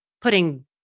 putting